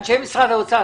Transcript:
אנשי משרד האוצר,